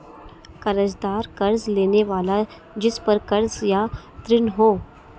कर्ज़दार कर्ज़ लेने वाला जिसपर कर्ज़ या ऋण हो